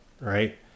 Right